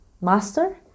master